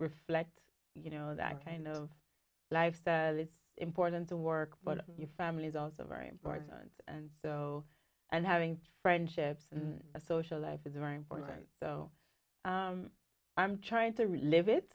reflect you know that kind of life it's important to work but your family is also very important and so and having friendships and a social life is very important so i'm trying to relive